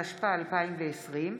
התשפ"א 2020,